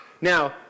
Now